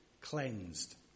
cleansed